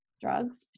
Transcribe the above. drugs